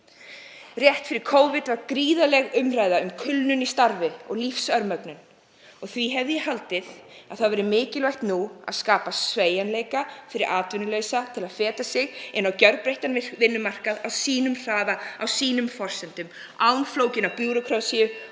Rétt fyrir Covid var gríðarleg umræða um kulnun í starfi og lífsörmögnun. Því hefði ég haldið að það væri mikilvægt nú að skapa sveigjanleika fyrir atvinnulausa til að feta sig inn á (Forseti hringir.) gjörbreyttan vinnumarkað á sínum hraða, á sínum forsendum, án flókinnar bírókrasíu